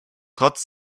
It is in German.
trotz